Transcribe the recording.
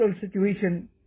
situation